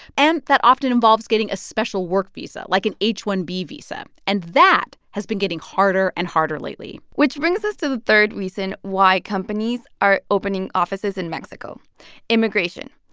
and that often involves getting a special work visa, like an h one b visa, and that has been getting harder and harder lately which brings us to the third reason why companies are opening offices in mexico immigration.